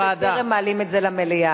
בטרם מעלים את זה במליאה.